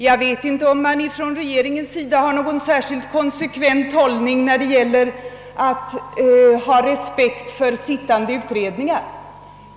Jag vet inte, om regeringen konsekvent har visat respekt för sittande utredningar.